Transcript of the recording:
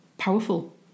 Powerful